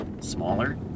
smaller